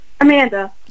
Amanda